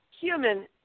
human